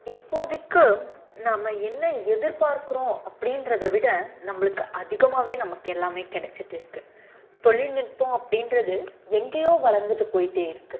இப்போதைக்கு நம்ம என்ன எதிர் பார்க்கிறோம் அப்படின்றத விட நம்மளும்கு அதிகமாக நமக்கு எல்லாம் கிடச்சிட்டுருக்கு தொழில் நுட்பம் அப்படின்றது எங்கையோ வளர்ந்துட்டு போய்ட்டு இருக்குது